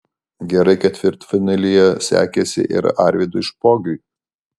gerai ketvirtfinalyje sekėsi ir arvydui špogiui